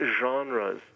genres